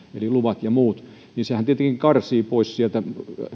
eli luvat ja muut ja sehän tietenkin karsii pois sieltä